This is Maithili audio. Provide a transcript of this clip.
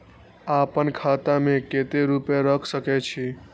आपन खाता में केते रूपया रख सके छी?